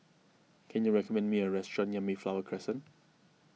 can you recommend me a restaurant near Mayflower Crescent